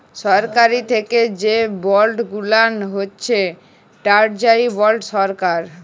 সরকারি থ্যাকে যে বল্ড গুলান হছে টেরজারি বল্ড সরকার